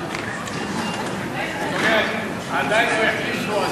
סעיפים 1 2 נתקבלו.